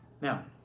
Now